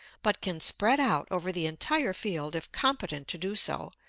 but can spread out over the entire field if competent to do so,